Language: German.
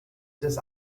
des